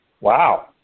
Wow